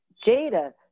Jada